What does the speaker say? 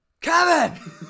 Kevin